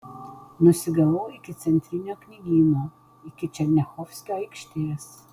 nusigaudavau iki centrinio knygyno iki černiachovskio aikštės